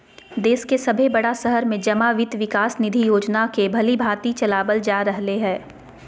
देश के सभे बड़ा शहर में जमा वित्त विकास निधि योजना के भलीभांति चलाबल जा रहले हें